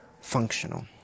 functional